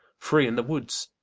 free in the woods,